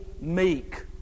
meek